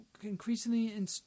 increasingly